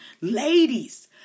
ladies